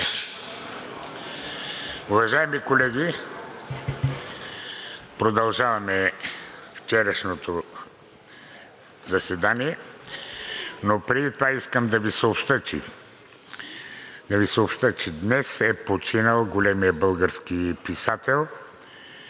Уважаеми колеги, продължаваме вчерашното заседание, но преди това искам да Ви съобщя, че днес е починал големият български писател,